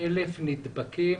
אלף נדבקים